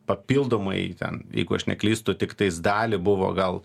papildomai ten jeigu aš neklystu tiktais dalį buvo gal